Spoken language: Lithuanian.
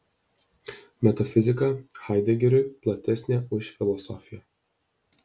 metafizika haidegeriui platesnė už filosofiją